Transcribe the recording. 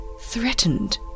threatened